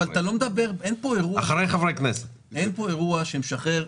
אבל אין פה אירוע, שמשחרר